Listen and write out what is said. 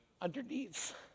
underneath